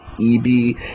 EB